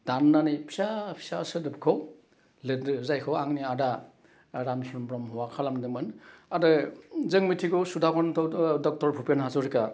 दान्नानै फिसा फिसा सोदोबखौ लिरदेरो जायखौ आनि आदा रामसिं ब्रह्मआ खालामदोंमोन आरो जों मिथिगौ सुदागन्त' डक्टर भुपेन हाज'रिका